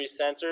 sensors